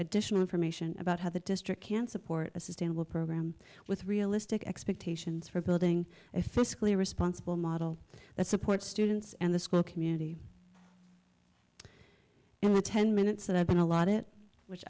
additional information about how the district can support a sustainable program with realistic expectations for building a fiscally responsible model that supports students and the school community in the ten minutes that i've been a lot it which